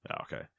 Okay